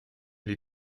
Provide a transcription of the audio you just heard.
gli